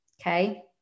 Okay